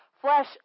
flesh